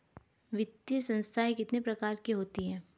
वित्तीय संस्थाएं कितने प्रकार की होती हैं?